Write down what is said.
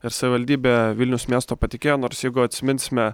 ir savivaldybė vilniaus miesto patikėjo nors jeigu atsiminsime